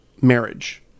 marriage